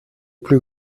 plus